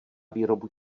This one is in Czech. výrobu